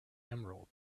emerald